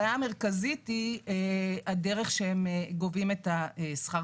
הבעיה המרכזית היא הדרך שבה הן גובות את שכר